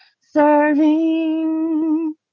serving